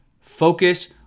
focus